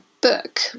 book